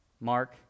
Mark